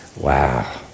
Wow